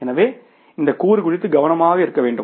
எனவே இந்த கூறு குறித்து கவனமாக இருக்கவேண்டும்